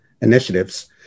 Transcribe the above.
initiatives